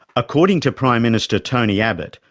according to prime minister tony abbott,